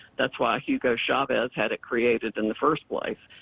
that's why hugo chavez had it created in the first place.